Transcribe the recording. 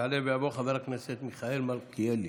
יעלה ויבוא חבר הכנסת מיכאל מלכיאלי,